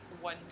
one